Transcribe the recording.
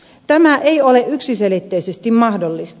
tämä ei ole yksiselitteisesti mahdollista